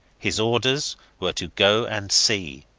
his orders were to go and see.